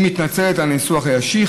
היא מתנצלת על הניסוח הישיר,